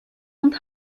und